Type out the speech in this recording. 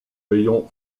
rayon